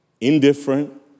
indifferent